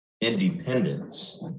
independence